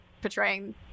portraying